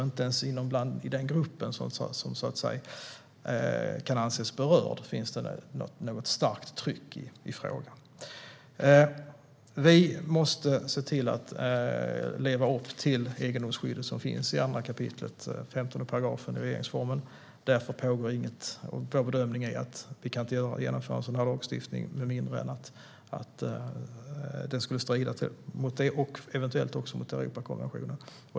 Inte ens i den grupp som kan anses berörd finns det alltså något starkt tryck i frågan. Vi måste se till att leva upp till det egendomsskydd som finns i 2 kap. 15 § regeringsformen. Vår bedömning är att vi inte kan genomföra en sådan här lagstiftning med mindre än att det skulle strida mot detta skydd och eventuellt också mot Europakonventionen.